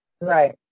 Right